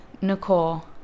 Nicole